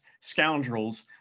scoundrels